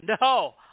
No